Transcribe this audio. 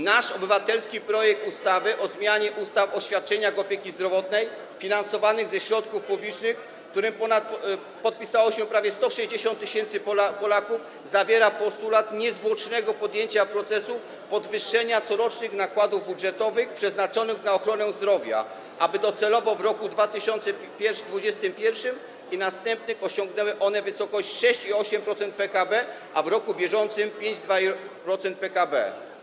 Nasz obywatelski projekt ustawy o zmianie ustawy o świadczeniach opieki zdrowotnej finansowanych ze środków publicznych, pod którym podpisało się prawie 160 tys. Polaków, zawiera postulat niezwłocznego podjęcia procesu podwyższania corocznych nakładów budżetowych przeznaczonych na ochronę zdrowia, aby docelowo w roku 2021 i następnych osiągnęły one wysokość 6,8% PKB, a w roku bieżącym - 5,2% PKB.